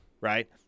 right